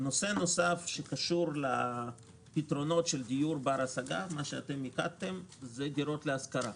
נושא נוסף שקשור לפתרונות של דיור בר-השגה זה דירות להשכרה.